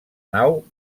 nau